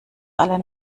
alle